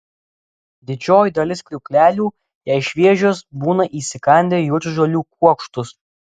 didžioji dalis kriauklelių jei šviežios būna įsikandę jūržolių kuokštus